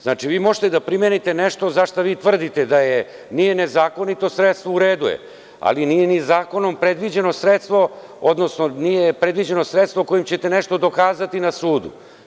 Znači, vi možete da primenite nešto za šta vi tvrdite da nije nezakonito sredstvo, u redu je, ali nije ni zakonom predviđeno sredstvo, odnosno, nije predviđeno sredstvo kojim ćete nešto dokazati na sudu.